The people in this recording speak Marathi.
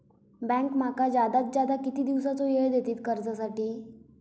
बँक माका जादात जादा किती दिवसाचो येळ देयीत कर्जासाठी?